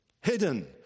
Hidden